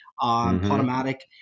Automatic